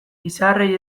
izarrei